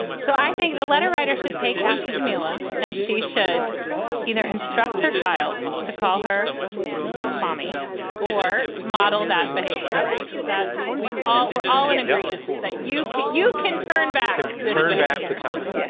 so i think the letter writer should take after djamila and she should either instruct her child to call her mommy or model that behavior. right. is that we've we've all we're all in agreement that you can you can turn back and turn back the time yeah